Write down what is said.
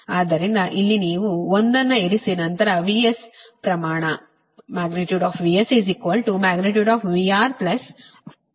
ಆದ್ದರಿಂದ ಇಲ್ಲಿ ನೀವು ಒಂದನ್ನು ಇರಿಸಿ ನಂತರ VS ಪ್ರಮಾಣ VSVR|I|R cos R X sin Rಗೆ ಸಮಾನವಾಗಿರುತ್ತದೆ